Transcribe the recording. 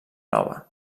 nova